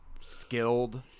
skilled